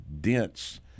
dense